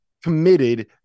committed